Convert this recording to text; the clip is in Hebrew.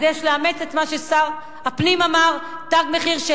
אז יש לאמץ את מה ששר הפנים אמר: תג מחיר של